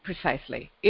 Precisely